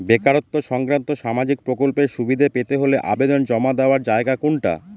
বেকারত্ব সংক্রান্ত সামাজিক প্রকল্পের সুবিধে পেতে হলে আবেদন জমা দেওয়ার জায়গা কোনটা?